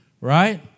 Right